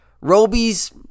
Roby's